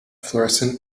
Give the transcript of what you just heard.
florescent